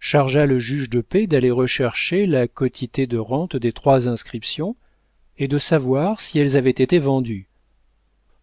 chargea le juge de paix d'aller rechercher la quotité de rente des trois inscriptions et de savoir si elles avaient été vendues